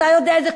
אתה יודע את זה,